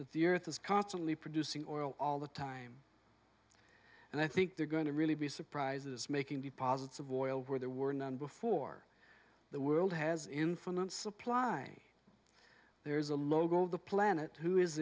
the earth is constantly producing oil all the time and i think they're going to really be surprises making deposits of oil where there were none before the world has infinite supply there's a logo of the planet who is